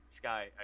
sky